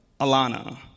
Alana